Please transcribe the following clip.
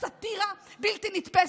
סאטירה בלתי נתפסת.